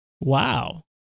Wow